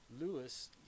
Lewis